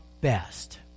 best